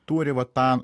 turi va tą